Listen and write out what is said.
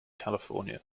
california